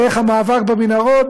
דרך המאבק במנהרות,